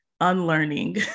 unlearning